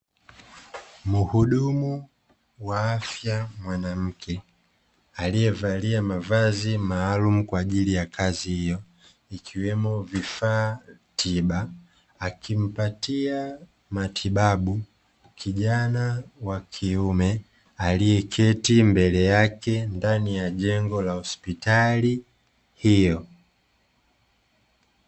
Muhudumu wa afya mwanamke aliyevalia mavazi maalumu kwaajili ya kazi hiyo, ikiwemo vifaa tiba akimpatia matibabu kijana wa kiume aliyeketi mbele yake ndani ya jengo la hospitali hiyo.